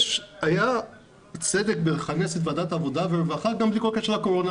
היה צדק בלכנס את ועדת העבודה והרווחה גם בלי קשר לקורונה.